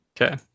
Okay